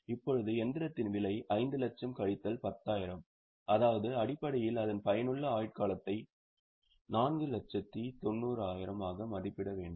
இப்போது இயந்திரத்தின் விலை 5 லட்சம் கழித்தல் 10000 அதாவது அடிப்படையில் அதன் பயனுள்ள ஆயுட்காலத்தை 490000 ஆக மதிப்பிட வேண்டும்